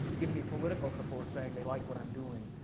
give me political support, saying they like what i'm doing,